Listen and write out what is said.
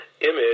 image